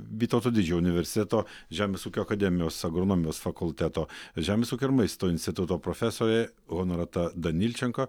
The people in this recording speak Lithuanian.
vytauto didžiojo universiteto žemės ūkio akademijos agronomijos fakulteto žemės ūkio ir maisto instituto profesorė honorata danilčenko